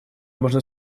можно